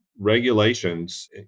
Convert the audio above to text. regulations